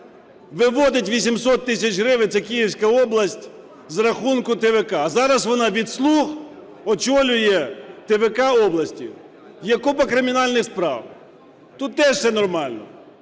виводить 800 тисяч гривень, це Київська область, з рахунку ТВК. А зараз вона від "слуг" очолює ТВК області. Є купа кримінальних справ. Тут теж все нормально.